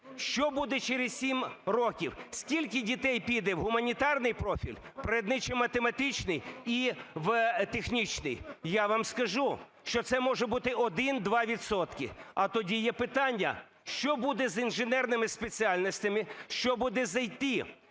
що буде через 7 років? Скільки дітей піде в гуманітарний профіль, природничо-математичний і в технічний? Я вам скажу, що це може бути 1-2 відсотки. А тоді є питання, що буде з інженерними спеціальностями, що буде з IT.